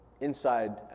inside